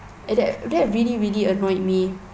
and that that really really annoyed me